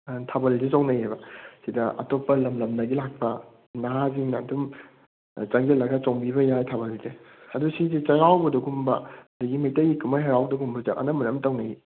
ꯊꯥꯕꯜꯗꯤ ꯆꯣꯡꯅꯩꯑꯕ ꯁꯤꯗ ꯑꯇꯣꯞꯄ ꯂꯝ ꯂꯝꯗꯒꯤ ꯂꯥꯛꯄ ꯅꯍꯥꯁꯤꯡꯅ ꯑꯗꯨꯝ ꯆꯪꯁꯤꯜꯂꯒ ꯆꯣꯡꯕꯤꯕ ꯌꯥꯏ ꯊꯥꯕꯜꯁꯦ ꯑꯗꯣ ꯁꯤꯁꯦ ꯆꯩꯔꯥꯎꯕꯗꯒꯨꯝꯕ ꯑꯗꯒꯤ ꯃꯩꯇꯩꯒꯤ ꯀꯨꯝꯍꯩ ꯍꯔꯥꯎꯕꯗꯒꯨꯝꯕꯁꯨ ꯑꯅꯝꯕꯅ ꯑꯗꯨꯝ ꯇꯧꯅꯩꯌꯦ